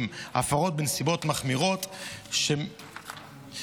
הפרות בנסיבות מחמירות (תיקוני חקיקה),